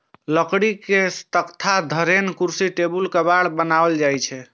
लकड़ी सं तख्ता, धरेन, कुर्सी, टेबुल, केबाड़ बनाएल जाइ छै